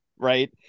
right